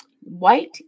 White